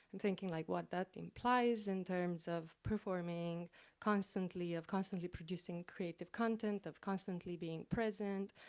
thinking like what that implies in terms of performing constantly, of constantly producing creative content, of constantly being present